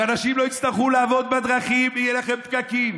שאנשים לא יצטרכו לעמוד בדרכים ויהיו לכם פקקים.